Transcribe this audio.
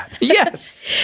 Yes